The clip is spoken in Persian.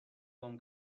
گـم